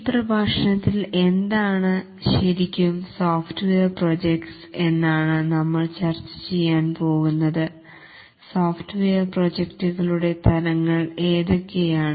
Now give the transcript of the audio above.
ഈ പ്രഭാഷണത്തിൽ എന്താണ് ശരിക്കും സോഫ്റ്റ്വെയർ പ്രോജക്ടസ് എന്നാണ് നമ്മൾ എന്ന് ചർച്ച ചെയ്യാൻ പോകുന്നത് സോഫ്റ്റ്വെയർ പ്രോജക്ടുകളുടെ തരങ്ങൾ ഏതോക്കെയാണ്